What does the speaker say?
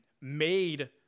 made